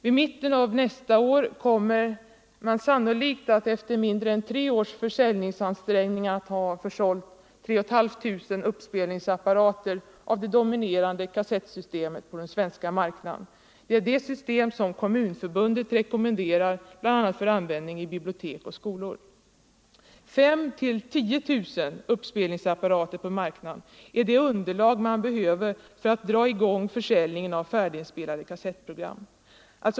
Vid mitten av nästa år kommer man sannolikt efter mindre än tre års försäljningsansträngningar att ha försålt 3 500 uppspelningsapparater för det dominerande kassettsystemet på den svenska marknaden. Det är det system som Kommunförbundet rekommenderar, bl.a. för användning i bibliotek och skolor. 5 000 å 10 000 uppspelningsapparater på marknaden är det underlag man behöver för att dra i gång försäljningen av färdiginspelade kassettprogram.